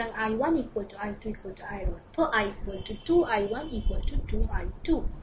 সুতরাং i1 i2 i এর অর্থ i 2 i1 2 i2